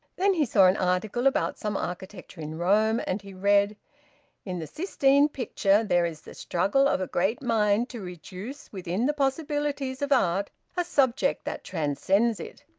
then he saw an article about some architecture in rome, and he read in the sistine picture there is the struggle of a great mind to reduce within the possibilities of art a subject that transcends it.